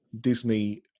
disney